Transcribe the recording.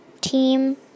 team